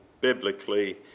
biblically